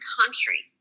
country